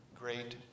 Great